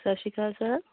ਸਤਿ ਸ਼੍ਰੀ ਅਕਾਲ ਸਰ